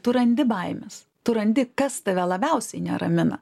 tu randi baimes tu randi kas tave labiausiai neramina